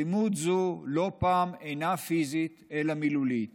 אלימות זו לא פעם אינה פיזית אלא מילולית